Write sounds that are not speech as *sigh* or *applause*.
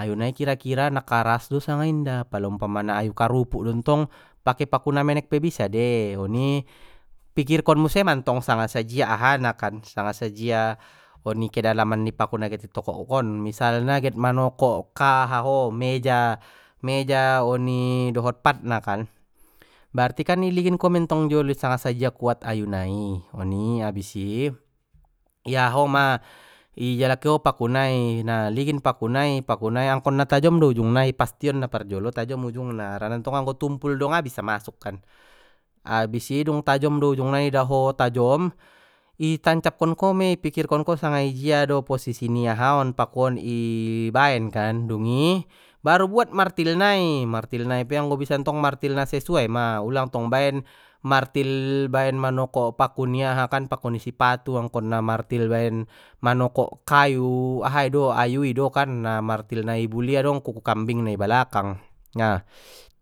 ayu nai kira kira na karas do sanga inda pala umpamana ayu karupuk don tong pake paku na menek pe bisa dei oni pikirkon muse mantong sanga sajia aha na kan sanga sajia oni kedalaman ni paku nai get tokokkon mon, misalna get manokok aha ho meja meja meja oni dohot patna kan berarti iligin ko dei jolo ntong sanga sajia kuat ayu nai oni habis i i aha ho ma i jalaki ho paku nai na ligin paku nai paku nai angkon na tajom do ujung nai pastion na parjolo tajom ujung na harana ntong anggo tumpul do nga bisa masuk kan, abis i dung tajom do ujung nai nida ho nida ho tajom i tancapkon ko mei i pikirkon ko sanga ijia do posisi ni aha on paku on i *hesitation* baen kan dungi baru buat martil nai martil nai pe anggo bisa ntong martil na sesuai ma ulang tong baen martil baen manokok paku ni aha kan paku ni sipatu angkon na martil baen manokok kayu aha i do ayui do kan na martil na ibul i adong kuku kambing na i balakang na. *noise*